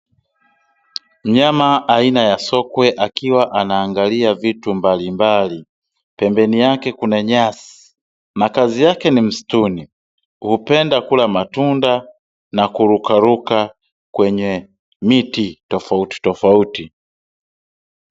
Mnyama aina ya sokwe akiwa anaangalia vitu mbalimbali, pembeni yake kuna nyasi makazi yake ni mistuni, hupenda kula matunda na kuruka ruka kwenye miti tofauti tofauti.